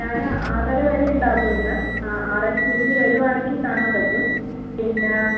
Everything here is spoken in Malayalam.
ഞാൻ ആറര വരെ ഉണ്ടാകും ഇന്ന് ആ ആറരക്ക് ഉള്ളിൽ വരുവാണെങ്കിൽ കാണാൻ പറ്റും പിന്നെ